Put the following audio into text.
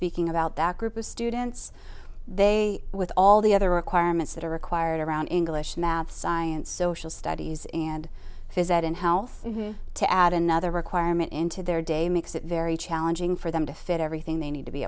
speaking about that group of students they with all the other requirements that are required around english math science social studies and physics and health to add another requirement into their day makes it very challenging for them to fit everything they need to be